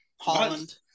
Holland